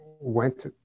went